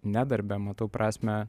ne darbe matau prasmę